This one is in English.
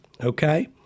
okay